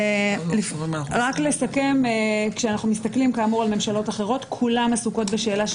כשאנחנו מסתכלים,